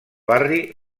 barri